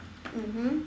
mmhmm